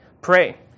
Pray